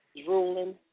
drooling